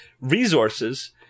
resources